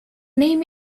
name